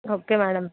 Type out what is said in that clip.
okay madam